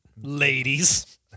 Ladies